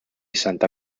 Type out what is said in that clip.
santa